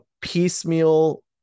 piecemeal